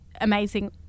amazing